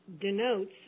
denotes